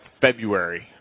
February